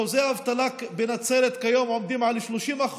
אחוזי האבטלה בנצרת כיום עומדים על 30%,